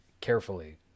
carefully